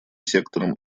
сектором